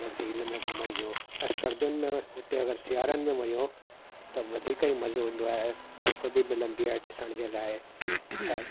उन झील में घुमण जो ऐं सर्दियुनि में उते अगरि सियारनि में वञो त वधीक ई मज़ो ईंदो आहे बर्फ़ बि मिलंदी आहे ॾिसण जे लाइ ऐं